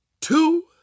two